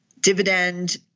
dividend